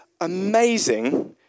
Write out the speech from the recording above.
amazing